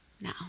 Now